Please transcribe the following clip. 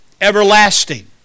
everlasting